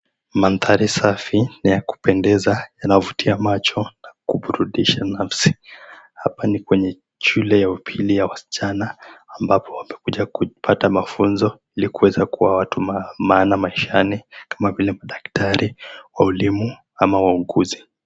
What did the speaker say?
Mandhari safi na ya kupendeza yanavutia macho, kuburudisha nafsi. Hapa ni kwenye shule ya upili ya wasichana ambapo wamekuja kupata mafunzo, ilinkuweza kua watu maana maishani kama vile madaktari, walimu na wauguzi.